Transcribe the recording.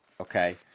Okay